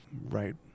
right